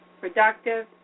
productive